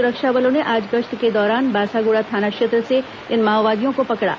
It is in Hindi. सुरक्षा बलों ने आज गश्त के दौरान बासागुड़ा थाना क्षेत्र से इन माओवादियों को पकड़ा